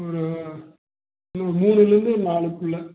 ஒரு மூணு மூணிலேருந்து நாலுக்குள்ளே